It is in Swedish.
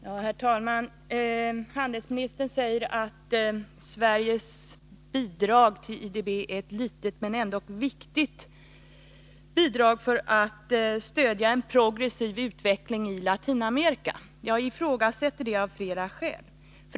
Herr talman! Handelsministern säger att Sveriges bidrag till IDB är ett litet men ändock viktigt bidrag för att stödja en progressiv utveckling i Latinamerika. Jag ifrågasätter det av flera skäl.